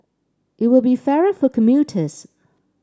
it will be fairer for commuters